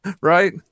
Right